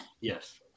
Yes